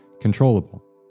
controllable